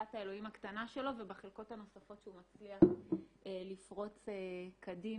בחלקת האלוהים הקטנה שלו ובחלקות הנוספות שהוא מצליח לפרוץ קדימה.